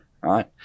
right